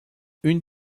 une